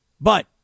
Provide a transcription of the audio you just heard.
But-